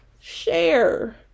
share